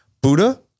Buddha